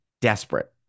Desperate